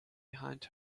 behind